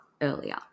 earlier